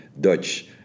Dutch